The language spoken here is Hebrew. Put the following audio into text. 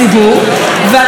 והתיק השני,